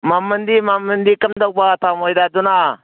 ꯃꯃꯟꯗꯤ ꯃꯃꯟꯗꯤ ꯀꯝꯗꯧꯕ ꯑꯇꯥ ꯃꯣꯏꯗꯥꯗꯨꯅ